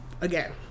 again